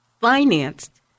financed